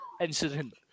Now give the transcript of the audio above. incident